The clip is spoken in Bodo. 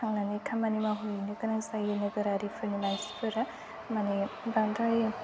थांनानै खामानि मावहैनो गोनां जायो नोगोरारिफोरनि मानसिफोरा माने बांद्राय